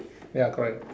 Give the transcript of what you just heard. ya correct